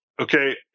Okay